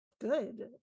good